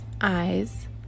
eyes